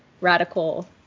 radical